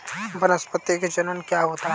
वानस्पतिक जनन क्या होता है?